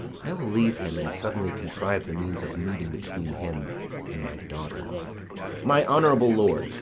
i will leave him and suddenly contrive the means of meeting between him and my daughter my honourable lord,